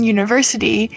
University